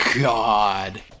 god